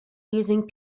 using